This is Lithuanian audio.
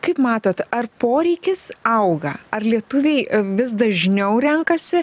kaip matot ar poreikis auga ar lietuviai vis dažniau renkasi